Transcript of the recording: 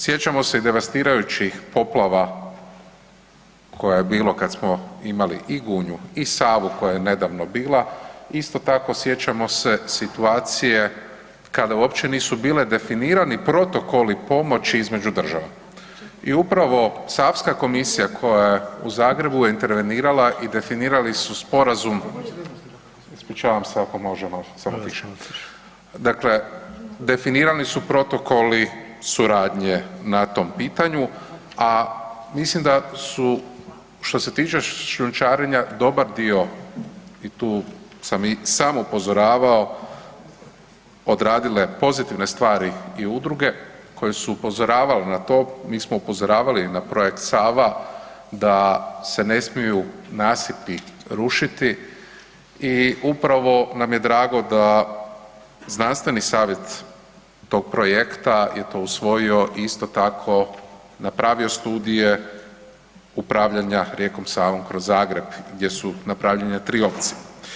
Sjećamo se i devastirajućih poplava koje je bilo kad smo imali i Gunju i Savu koja je nedavno bila, isto tako sjećamo se situacije kada uopće nisu bili definirali protokoli pomoći između država i upravo savska komisija koja je u Zagrebu intervenirala i definirali su sporazum, ispričavam se ako može malo samo tiše, dakle definirani su protokoli suradnje na tom pitanju, a mislim da su što se tiče šljunčarenja dobar dio i tu sam i sam upozoravao, odradile pozitivne stvari i udruge koje su upozoravale na to, mi smo upozoravali na Projekt Sava da se ne smiju nasipi rušiti i upravo nam je drago da znanstveni savjet tog projekta je to usvojio, isto tako napravio studije upravljanja rijekom Savom kroz Zagreb gdje su napravljene 3 opcije.